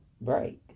break